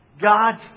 God